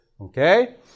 okay